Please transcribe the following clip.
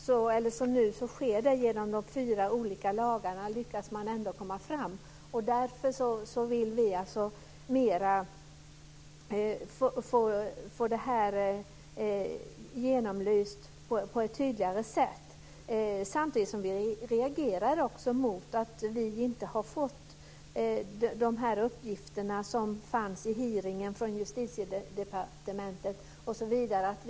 Nu regleras det i de fyra olika lagarna, och man lyckas ändå komma fram. Därför vill vi få detta genomlyst på ett tydligare sätt. Samtidigt reagerar vi mot att vi inte fick de uppgifter som kom från Justitiedepartementet under hearingen.